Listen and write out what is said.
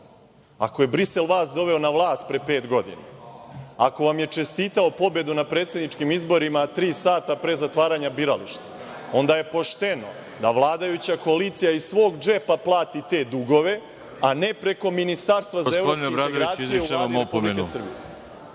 ako je Brisel vas doveo na vlast pre pet godina, ako vam je čestitao pobedu na predsedničkim izborima tri sata pre zatvaranja birališta, onda je pošteno da vladajuća koalicija iz svog džepa plati te dugove, a ne preko ministarstva za evropske integracije u Vladi Republike Srbije.